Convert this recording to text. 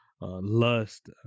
lust